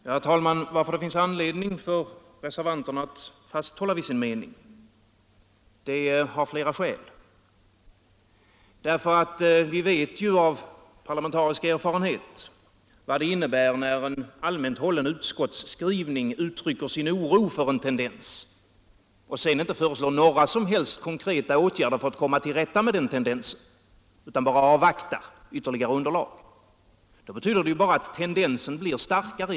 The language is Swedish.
Herr talman! Det finns flera skäl för reservanterna att hålla fast vid sin mening. Av parlamentarisk erfarenhet vet vi vad som blir resultatet när man i en allmänt hållen utskottsskrivning uttrycker sin oro över en tendens men inte föreslår några som helst konkreta åtgärder för att komma till rätta med tendensen utan bara avvaktar ytterligare beslutsunderlag: det medför endast att tendensen blir starkare.